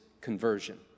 conversion